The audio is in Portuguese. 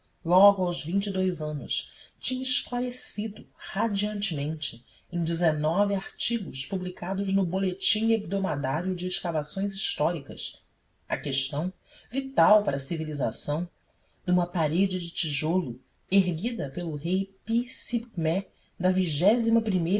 logo aos vinte e dous anos tinha esclarecido radiantemente em dezenove artigos publicados no boletim hebdomadário de escavações históricas a questão vital para a civilização de uma parede de tijolo erguida pelo rei pi sibkmé da vigésima primeira